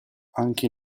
anche